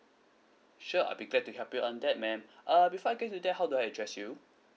sure I'll be glad to help you earn that ma'am uh before I get you there how do I address you